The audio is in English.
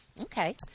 Okay